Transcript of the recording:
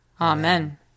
Amen